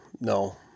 no